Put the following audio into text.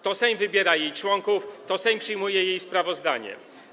To Sejm wybiera jej członków, to Sejm przyjmuje jej sprawozdania.